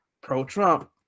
pro-Trump